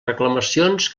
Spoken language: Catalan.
reclamacions